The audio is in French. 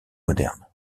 moderne